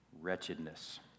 wretchedness